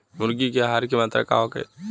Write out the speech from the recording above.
मुर्गी के आहार के मात्रा का होखे?